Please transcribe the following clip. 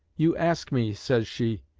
you ask me, says she,